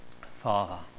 Father